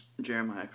Jeremiah